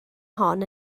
hon